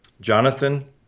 Jonathan